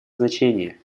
значение